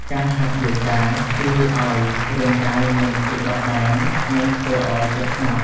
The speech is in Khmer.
ការហាត់ យូហ្គា ជួយឱ្យរាងកាយមានភាពបត់បែន និងធ្វើឲ្យចិត្តស្ងប់។